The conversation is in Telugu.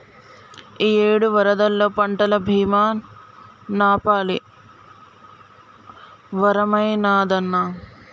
ఇయ్యేడు వరదల్లో పంటల బీమా నాపాలి వరమైనాదన్నా